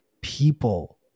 people